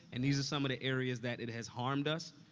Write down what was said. and these are some of the areas that it has harmed us,